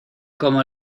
como